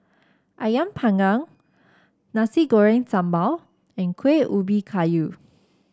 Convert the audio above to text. ayam Panggang Nasi Goreng Sambal and Kueh Ubi Kayu